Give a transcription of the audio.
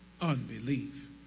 unbelief